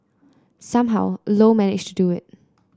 somehow Low managed to do it